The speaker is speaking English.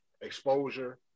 exposure